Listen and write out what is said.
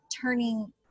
turning